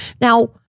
Now